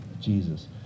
Jesus